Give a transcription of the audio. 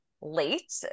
late